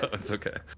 ah it's okay.